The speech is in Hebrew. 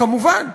כמובן,